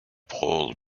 paul